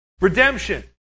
Redemption